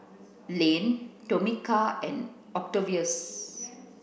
Lane Tomika and Octavius